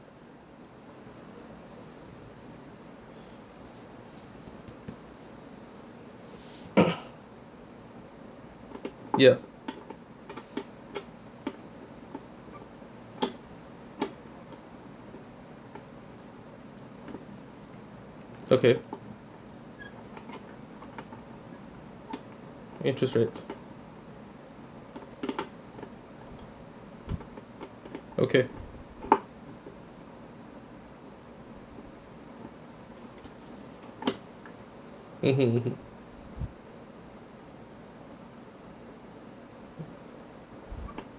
ya okay interest rates okay mmhmm mmhmm